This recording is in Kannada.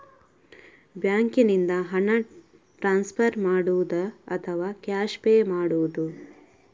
ಬ್ಯಾಂಕಿನಿಂದ ಹಣ ಟ್ರಾನ್ಸ್ಫರ್ ಮಾಡುವುದ ಅಥವಾ ಕ್ಯಾಶ್ ಪೇ ಮಾಡುವುದು?